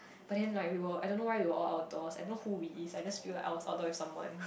but then like we were I don't know why we were all outdoors I know who is we I just scream it out altering someone